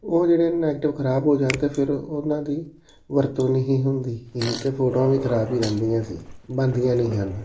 ਉਹ ਜਿਹੜੇ ਨੈਗਟਿਵ ਖ਼ਰਾਬ ਹੋ ਜਾਣ ਤਾਂ ਫਿਰ ਉਹਨਾਂ ਦੀ ਵਰਤੋਂ ਨਹੀਂ ਹੁੰਦੀ ਹੀ ਅਤੇ ਫੋਟੋਆਂ ਵੀ ਖ਼ਰਾਬ ਹੀ ਰਹਿੰਦੀਆਂ ਸੀ ਬਣਦੀਆਂ ਨਹੀਂ ਹਨ